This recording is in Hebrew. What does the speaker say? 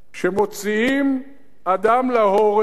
שמוציאים אדם להורג